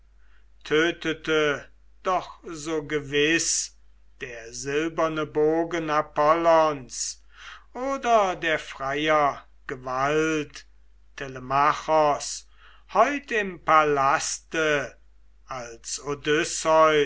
tötete doch so gewiß der silberne bogen apollons oder der freier gewalt telemachos heut im palaste als